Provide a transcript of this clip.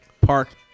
park